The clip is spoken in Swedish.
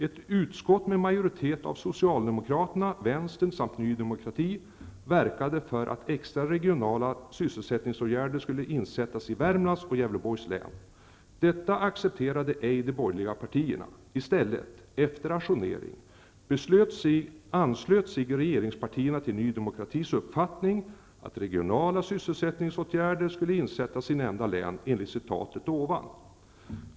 Ett utskott med majoritet av Socialdemokraterna, vänstern samt Ny Demokrati verkade för att extra regionala sysselsättningsåtgärder skulle insättas i Värmlands och Gävleborgs län. Detta accepterade ej de borgerliga partierna! I stället -- efter ajournering -- anslöt sig regeringspartierna till Ny demokratis uppfattning att regionala sysselsättningsåtgärder skulle insättas i nämnda län -- enl. citatet ovan.